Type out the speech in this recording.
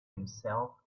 himself